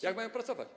Jak mają pracować?